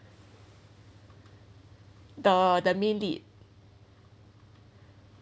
the the main lead